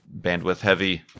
bandwidth-heavy